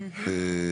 כן.